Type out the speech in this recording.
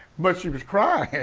but she was crying.